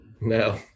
No